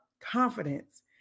confidence